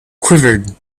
quivered